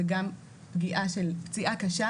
זה גם פגיעה של פציעה קשה,